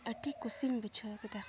ᱟᱹᱰᱤ ᱠᱩᱥᱤᱧ ᱵᱩᱡᱷᱟᱹᱣ ᱠᱮᱫᱟ